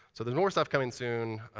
so there's more stuff coming soon.